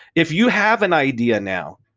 if you have an idea now,